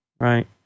right